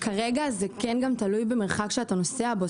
כרגע זה גם תלוי במרחק שאתה נוסע בו,